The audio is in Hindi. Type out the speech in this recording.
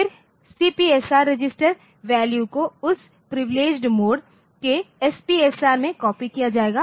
फिर सीपीएसआर रजिस्टर वैल्यू को उस प्रिविलेडगेड मोड केएसपीएसआर में कॉपी किया जाएगा